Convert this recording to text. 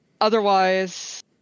otherwise